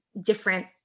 different